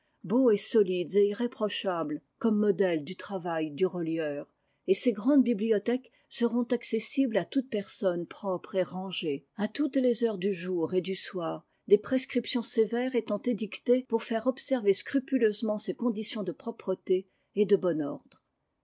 beaux et solides et irréprochables comme modèles du travail du relieur et ces grandes bibliothèques seront accessibles à toute personne propre et rangée à toutes les heures du jour et du soir des prescriptions sévères étant édictées pour faire observer scrupuleusement ces conditions de propreté et de bon ordre